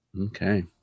Okay